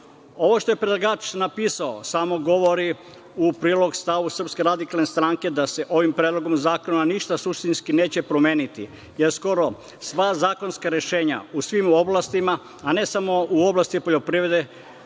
što je predlagač napisao samo govori u prilog stavu SRS da se ovim Predlogom zakona ništa suštinski neće promeniti, jer skoro sva zakonska rešenja u svim oblastima, a ne samo u oblasti poljoprivrede,